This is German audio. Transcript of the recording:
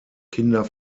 kinder